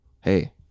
Hey